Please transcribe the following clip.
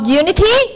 unity